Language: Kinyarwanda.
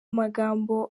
magambo